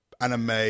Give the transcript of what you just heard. anime